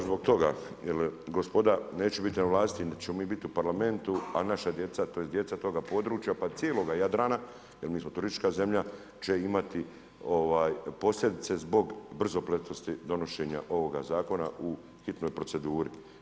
Pa baš zbog toga jel gospoda neće biti na vlasti niti ćemo mi biti u Parlamentu, a naša djeca tj. djeca toga područja pa i cijeloga Jadrana jer smo mi turistička zemlja će imati posljedice zbog brzopletosti donošenja ovoga zakona u hitnoj proceduri.